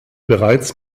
bereits